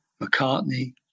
McCartney